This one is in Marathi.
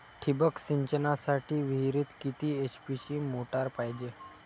ठिबक सिंचनासाठी विहिरीत किती एच.पी ची मोटार पायजे?